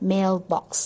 Mailbox